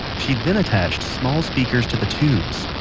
she then attached small speakers to the tubes,